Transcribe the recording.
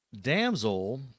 damsel